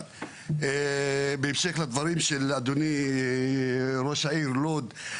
בהמשך לדברים של ראש העיר לוד.